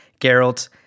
Geralt